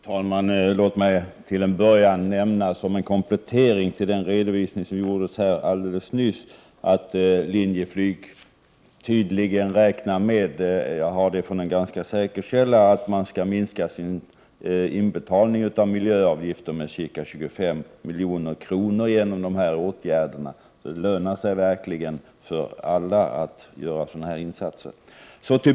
Fru talman! Låt mig till en början nämna som en komplettering till den redovisning som gjordes alldeles nyss att Linjeflyg tydligen räknar med — jag har det från en ganska säker källa — att minska sina inbetalningar av miljöavgifter med ca 25 milj.kr. genom de nyss redovisade åtgärderna. Det lönar sig verkligen för alla att göra sådana här insatser.